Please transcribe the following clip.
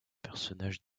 personnage